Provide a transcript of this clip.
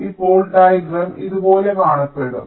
ഇപ്പോൾ ഡയഗ്രം ഇതുപോലെ കാണപ്പെടും